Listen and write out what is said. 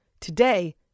today